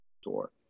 Store